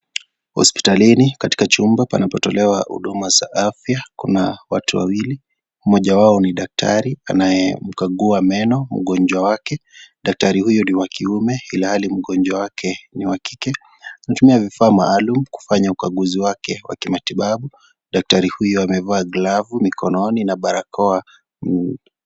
Hospitalini katika chumba panapotolewa huduma za afya kuna watu wawili, mmoja wao ni daktari anayemkagua meno mgonjwa wake, daktari huyo ni wa kiume ilhali mgonjwa wake ni wa kike, anatumia vifaa maalum kufanya ukaguzi wake wa kimatibabu daktari huyo amveaa glavu mikononi na barakoa.